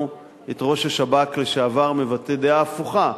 את ראש השב"כ לשעבר מבטא דעה הפוכה,